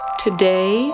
Today